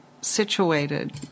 situated